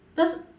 that's